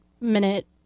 minute